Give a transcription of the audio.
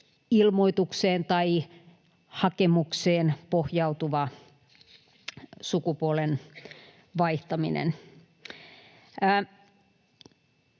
ilmoitukseen tai hakemukseen pohjautuva sukupuolen vaihtaminen.